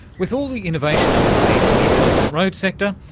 with all the innovation underway in the intelligent road sector,